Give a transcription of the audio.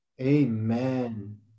Amen